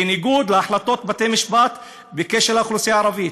בניגוד להחלטות בתי-משפט בקשר לאוכלוסייה הערבית,